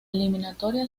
eliminatoria